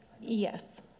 Yes